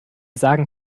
sagen